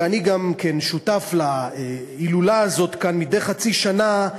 ואני גם כן שותף להילולה הזאת כאן מדי חצי שנה,